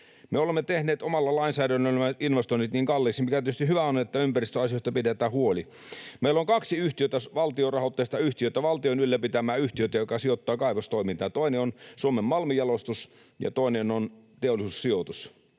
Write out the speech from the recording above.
me olemme tehneet omalla lainsäädännöllämme investoinnit niin kalliiksi. On tietysti hyvä, että ympäristöasioista pidetään huoli. Meillä on kaksi valtiorahoitteista yhtiötä, valtion ylläpitämää yhtiötä, jotka sijoittavat kaivostoimintaan: toinen on Suomen Malmijalostus ja toinen on Suomen Teollisuussijoitus,